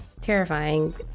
terrifying